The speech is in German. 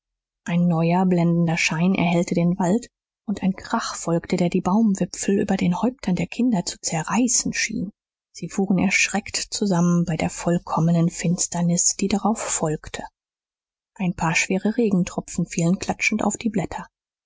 ein neuer blendender schein erhellte den wald und ein krach folgte der die baumwipfel über den häuptern der kinder zu zerreißen schien sie fuhren erschreckt zusammen bei der vollkommenen finsternis die darauf folgte ein paar schwere regentropfen fielen klatschend auf die blätter